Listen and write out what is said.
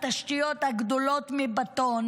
התשתיות הגדולות מבטון,